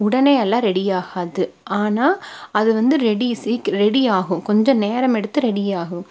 உடனே எல்லாம் ரெடி ஆகாது ஆனால் அது வந்து ரெடி சீக்கிர ரெடியாகும் கொஞ்சம் நேரம் எடுத்து ரெடியாகும்